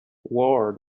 ward